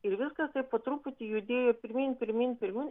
ir viskas taip po truputį judėjo pirmyn pirmyn pirmyn iki